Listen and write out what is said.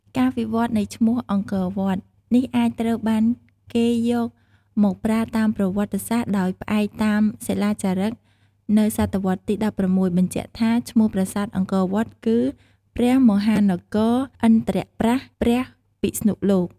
ការវិវត្តនៃឈ្មោះ អង្គរវត្ត នេះអាចត្រូវបានគេយកមកប្រើតាមប្រវត្តិសាស្ត្រដោយផ្អែកតាមសិលាចារឹកនៅសតវត្សទី១៦បញ្ជាក់ថា ឈ្មោះប្រាសាទអង្គរវត្តគឺ ព្រះមហានគរឥន្រ្ទប្រ័ស្ថព្រះពិស្ណុលោក។